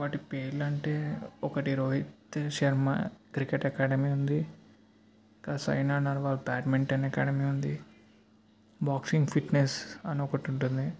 వాటి పేర్లు అంటే ఒకటి రోహిత్ శర్మ క్రికెట్ అకాడమీ ఉంది ఇంకా సైనా నెహ్వాల్ బ్యాడ్మింటన్ అకాడమీ ఉంది బాక్సింగ్ ఫిట్నెస్ అని ఒకటి ఉంటుంది